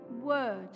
word